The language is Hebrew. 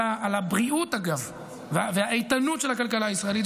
על הבריאות והאיתנות של הכלכלה הישראלית.